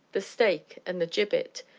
the stake, and the gibbet,